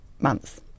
months